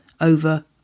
over